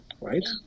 right